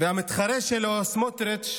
והמתחרה שלו, סמוטריץ',